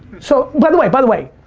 so by the way, by the way,